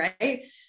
right